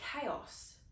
chaos